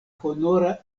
honora